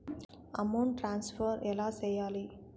amount transfer ఎలా సేయాలి